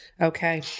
Okay